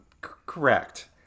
Correct